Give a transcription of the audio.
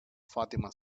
fatima